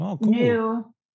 new